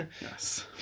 Yes